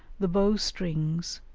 the bow-strings,